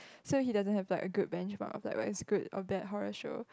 so he doesn't have like a good benchmark of like whether it's a good or bad horror show